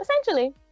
essentially